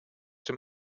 dem